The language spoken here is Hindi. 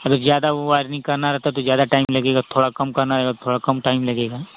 अगर ज्यादा वाइरिंग करना रहता तो ज़्यादा टाइम लगेगा थोड़ा कम करना हो तो कम टाइम लगेगा